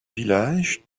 villages